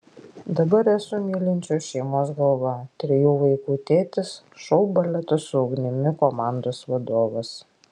dabar esu mylinčios šeimos galva trijų vaikų tėtis šou baleto su ugnimi komandos vadovas